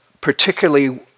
particularly